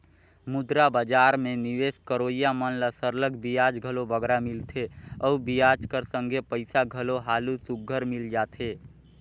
मुद्रा बजार में निवेस करोइया मन ल सरलग बियाज घलो बगरा मिलथे अउ बियाज कर संघे पइसा घलो हालु सुग्घर मिल जाथे